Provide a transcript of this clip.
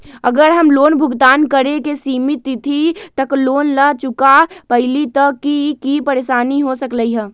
अगर हम लोन भुगतान करे के सिमित तिथि तक लोन न चुका पईली त की की परेशानी हो सकलई ह?